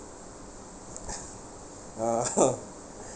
(uh huh)